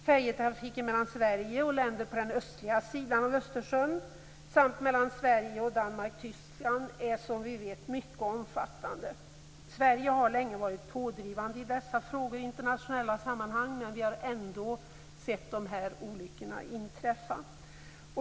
Färjetrafiken mellan Sverige och länder på den östliga sidan av Östersjön samt mellan Sverige och Danmark och Tyskland är som vi vet mycket omfattande. Sverige har länge varit pådrivande i dessa frågor i internationella sammanhang. Ändå har vi sett de här olyckorna inträffa.